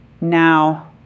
Now